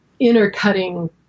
intercutting